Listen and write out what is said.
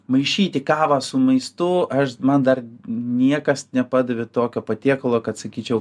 maišyti kavą su maistu aš man dar niekas nepadavė tokio patiekalo kad sakyčiau